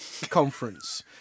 conference